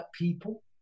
people